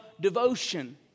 devotion